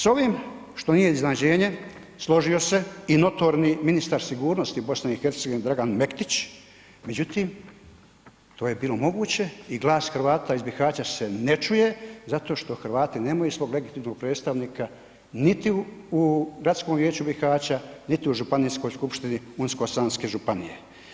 S ovim što nije iznenađenje, složio se i notorni ministar sigurnosti BiH Dragan Mektić, međutim to je bilo moguće i glas Hrvata iz Bihaća se ne čuje zato što Hrvati nemaju svog legitimnog predstavnika niti u gradskom vijeću Bihaća niti u županijskoj skupštini Unsko-sanske županije.